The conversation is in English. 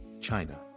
China